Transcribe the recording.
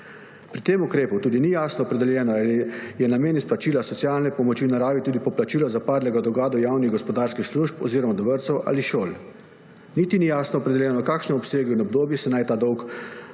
Pri tem ukrepu tudi ni jasno opredeljeno, ali je namen izplačila socialne pomoči v naravi tudi poplačilo zapadlega dolga do javnih gospodarskih služb oziroma do vrtcev ali šol. Niti ni jasno opredeljeno, v kakšnem obsegu in obdobju naj se ta dolg